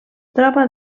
troba